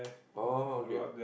orh okay